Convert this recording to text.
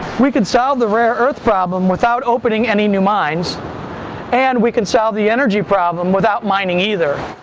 we could solve the rare earth problem without opening any new mines and we can solve the energy problem without mining either.